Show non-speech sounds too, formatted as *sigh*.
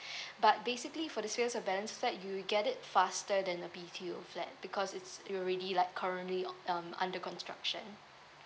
*breath* but basically for the sales of balance flat you'll get it faster than a B_T_O flat because it's it already like currently on um under construction